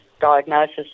diagnosis